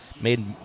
made